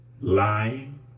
lying